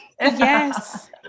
Yes